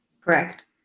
Correct